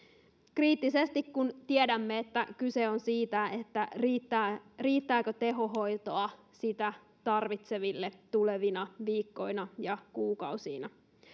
kun tiedämme että kyse on siitä riittääkö tehohoitoa sitä tarvitseville tulevina viikkoina ja kuukausina